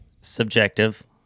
subjective